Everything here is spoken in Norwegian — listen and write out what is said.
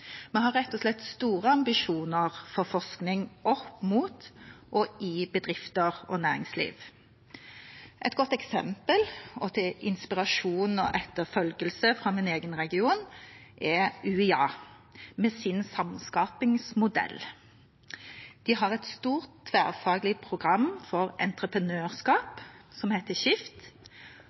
Vi har rett og slett store ambisjoner for forskning opp mot og i bedrifter og næringsliv. Et godt eksempel til inspirasjon og etterfølgelse fra min egen region er UiA med sin samskapingsmodell. De har et stort tverrfaglig program for entreprenørskap som heter